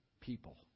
people